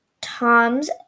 Tom's